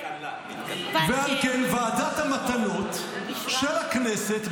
-- ועל כן ועדת המתנות של הכנסת,